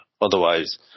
otherwise